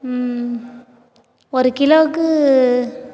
ஒரு கிலோவுக்கு